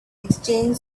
exchanged